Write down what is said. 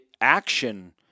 Action